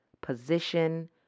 position